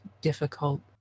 difficult